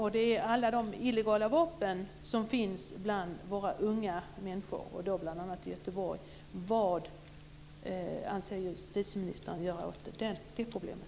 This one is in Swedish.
Det gäller alla de illegala vapen som finns hos unga människor, bl.a. i Göteborg. Vad avser justitieministern att göra åt det problemet?